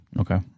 Okay